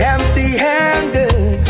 Empty-handed